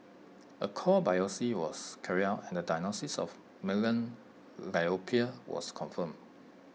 A core biopsy was carried out and the diagnosis of malignant lymphoma was confirmed